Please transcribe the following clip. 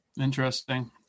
Interesting